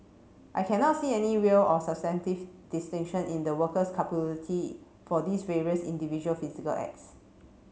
I cannot see any real or substantive distinction in the worker's for these various individual physical acts